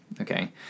Okay